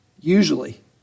usually